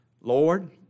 Lord